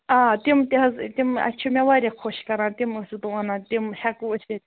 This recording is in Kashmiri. آ تِم تہِ حظ تِم اَسہِ چھِ مےٚ واریاہ خۄش کَران تِم ٲسٕس بہٕ وَنان تِم ہٮ۪کوٕ أسۍ ییٚتہِ